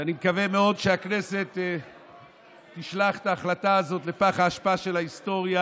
ואני מקווה מאוד שהכנסת תשלח את ההחלטה הזאת לפח האשפה של ההיסטוריה,